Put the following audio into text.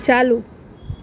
ચાલુ